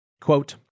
Quote